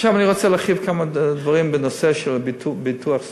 עכשיו אני רוצה להרחיב כמה דברים בנושא של ביטוח סיעוד.